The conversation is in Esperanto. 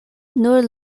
nur